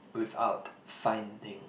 without finding